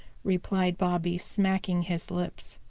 replied bobby, smacking his lips.